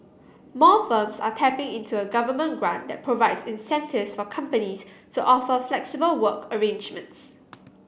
more firms are tapping into a government grant that provides incentives for companies to offer flexible work arrangements